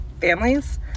families